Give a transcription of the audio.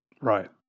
Right